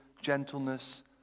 gentleness